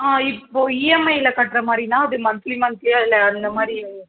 ஆ இப்போது இஎம்ஐயில் கட்டுற மாதிரின்னா அது மந்த்லி மந்த்லியா இல்லை அந்த மாதிரி